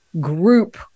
group